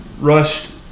rushed